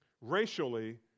Racially